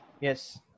Yes